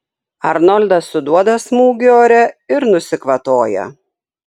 arnoldas suduoda smūgį ore ir nusikvatoja